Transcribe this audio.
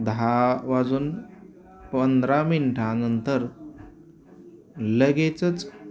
दहा वाजून पंधरा मिनटानंतर लगेचच